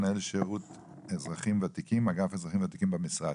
מנהל שירות אגף אזרחים ותיקים במשרד.